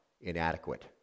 inadequate